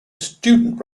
student